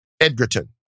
Edgerton